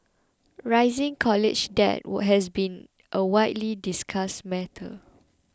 rising college debt has been a widely discussed matter